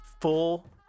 full